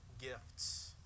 gifts